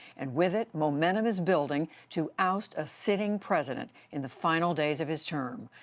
and, with it, momentum is building to oust a sitting president in the final days of his term.